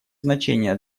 значение